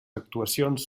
actuacions